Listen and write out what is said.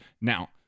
Now